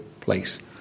place